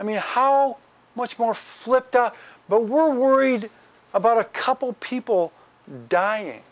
i mean how much more flipped but we're worried about a couple people dying